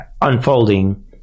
unfolding